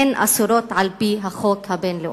הן אסורות על-פי החוק הבין-לאומי.